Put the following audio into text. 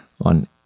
on